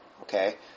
Okay